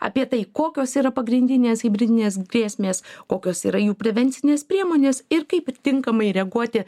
apie tai kokios yra pagrindinės hibridinės grėsmės kokios yra jų prevencinės priemonės ir kaip tinkamai reaguoti